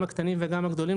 גם הקטנים וגם הגדולים,